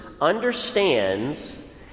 understands